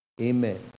Amen